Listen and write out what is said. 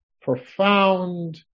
profound